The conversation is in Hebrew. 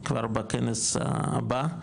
כבר בכנס הבא,